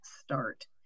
start